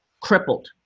crippled